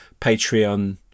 patreon